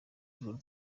urwo